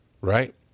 right